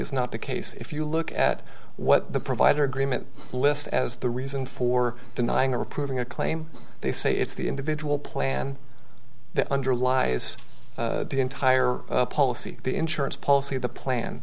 is not the case if you look at what the provider agreement list as the reason for denying approving a claim they say it's the individual plan that underlies the entire policy the insurance policy the plan